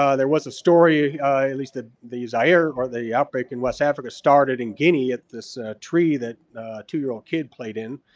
um there was a story at least the the zaire or the outbreak in west africa started in guinea, at this tree that a two year old kid played in.